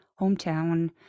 hometown